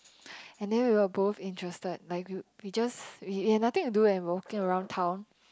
and then we were both interested like we we just we we had nothing to do and we were walking around town